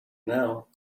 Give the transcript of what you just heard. now